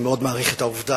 אני מאוד מעריך את העובדה